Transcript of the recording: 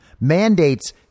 mandates